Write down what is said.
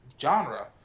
genre